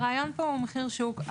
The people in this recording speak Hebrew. הרעיון פה הוא מחיר שוק.